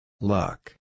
Luck